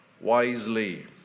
wisely